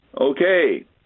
Okay